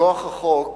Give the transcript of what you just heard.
מכוח חוק